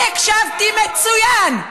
אני הקשבתי מצוין.